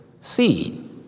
seed